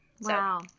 wow